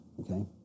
Okay